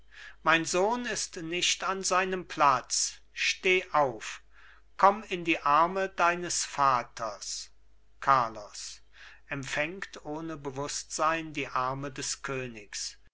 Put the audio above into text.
mein sohn ist nicht an seinem platz steh auf komm in die arme deines vaters carlos empfängt ohne bewußtsein die arme des königs